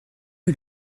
est